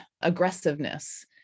aggressiveness